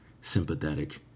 sympathetic